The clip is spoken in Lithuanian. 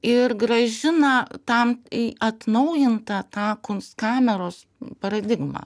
ir grąžina tam į atnaujintą tą kunskameros paradigmą